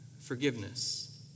forgiveness